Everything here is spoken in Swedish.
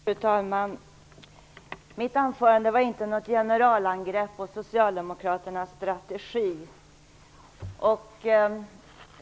Fru talman! Mitt anförande var inte något generalangrepp på socialdemokraternas strategi.